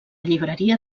llibreria